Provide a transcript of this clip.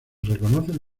reconocen